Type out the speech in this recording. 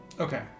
Okay